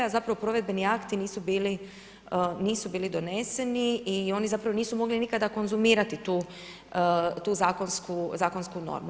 A zapravo provedbeni akti nisu bili doneseni i oni zapravo nisu mogli nikada konzumirati tu zakonsku normu.